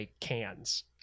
cans